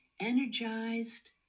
energized